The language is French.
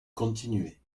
continuez